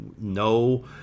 no